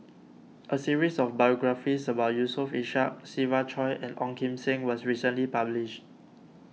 a series of biographies about Yusof Ishak Siva Choy and Ong Kim Seng was recently published